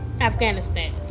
Afghanistan